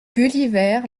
gulliver